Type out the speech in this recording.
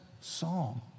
song